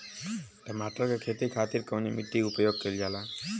टमाटर क खेती खातिर कवने मिट्टी के उपयोग कइलजाला?